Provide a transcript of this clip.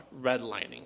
redlining